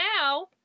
now